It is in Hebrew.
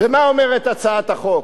ומה אומרת הצעת החוק?